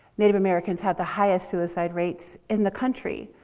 native americans have the highest suicide rates in the country.